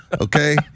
okay